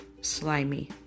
slimy